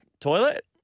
Toilet